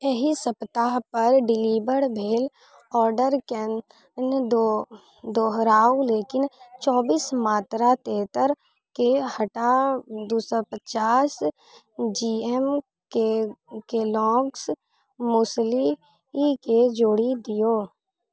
एहि सप्ताह पर डिलीवर भेल ऑर्डरकेँ दो दोहराउ लेकिन चौबीस मात्रा तेतरिकेँ हटा दू सए पचास जी एमके केलॉग्स मूसलीकेँ जोड़ि दियौ